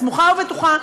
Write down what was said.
וסמוכה ובטוחה,